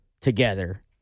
together